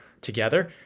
together